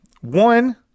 One